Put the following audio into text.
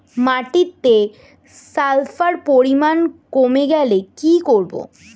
মাটিতে সালফার পরিমাণ কমে গেলে কি করব?